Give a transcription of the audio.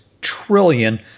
trillion